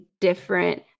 different